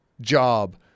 job